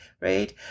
right